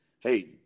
Hey